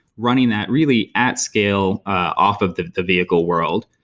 running that really at scale off of the the vehicle world.